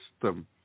system